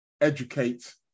educate